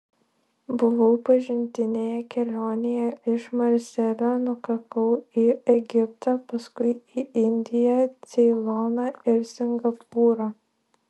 buvau pažintinėje kelionėje iš marselio nukakau į egiptą paskui į indiją ceiloną ir singapūrą